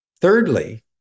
Thirdly